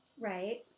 Right